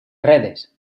redes